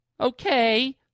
Okay